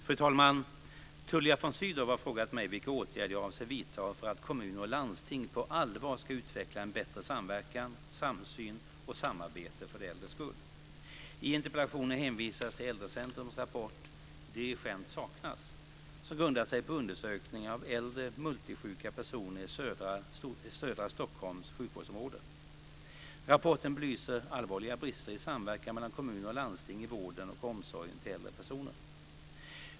Fru talman! Tullia von Sydow har frågat mig vilka åtgärder jag avser att vidta för att kommuner och landsting på allvar ska utveckla bättre samverkan, samsyn och samarbete för de äldres skull. I interpellationen hänvisas till Äldrecentrums rapport Dirigent saknas, som grundar sig på undersökningar av äldre multisjuka personer i Södra Stockholms sjukvårdsområde. Rapporten belyser allvarliga brister i samverkan mellan kommuner och landsting i vården och omsorgen till äldre personer.